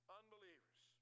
unbelievers